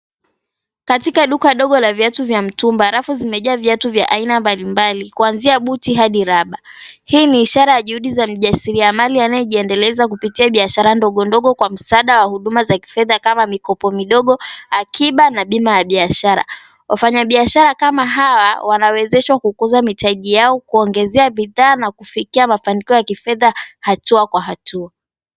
Katika duka dogo la viatu vya mtumba, rafu zimejaa viatu vya aina mbali mbali, kwanzia buti hadi raba. Hii ni ishara ya juhudi za mjasiriamali anayejiendeleza kupitia biashara ndogo ndogo kwa msaada wa huduma za kifedha kama mikopo midogo, akiba na bima ya biashara. Wafanya biashara kama hawa wanawezeshwa kukuza mitaji, kuongezea bidhaa na kufikia mafanikio ya kifedha hatua kwa hatua.